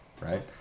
Right